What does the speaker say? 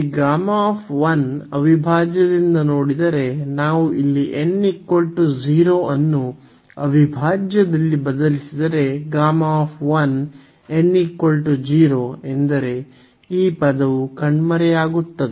ಈ Γ ಅವಿಭಾಜ್ಯದಿಂದ ನೋಡಿದರೆ ನಾವು ಇಲ್ಲಿ n 0 ಅನ್ನು ಅವಿಭಾಜ್ಯದಲ್ಲಿ ಬದಲಿಸಿದರೆ Γ n 0 ಎಂದರೆ ಈ ಪದವು ಕಣ್ಮರೆಯಾಗುತ್ತದೆ